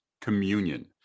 communion